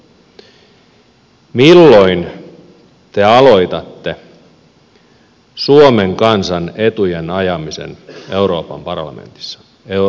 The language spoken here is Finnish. milloin te aloitatte suomen kansan etujen ajamisen euroopan parlamentissa eu